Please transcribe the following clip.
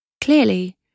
Clearly